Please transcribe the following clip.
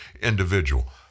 individual